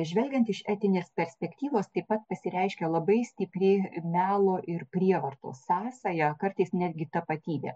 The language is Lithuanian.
žvelgiant iš etinės perspektyvos taip pat pasireiškia labai stipri melo ir prievartos sąsają kartais netgi tapatybė